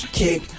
kick